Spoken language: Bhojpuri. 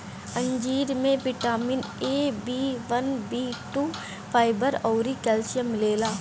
अंजीर में vitamin A, B one, B two, fibre अउरी कैल्शियम मिलेला